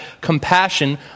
compassion